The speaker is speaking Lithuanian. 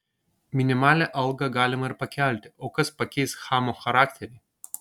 minimalią algą galima ir pakelti o kas pakeis chamo charakterį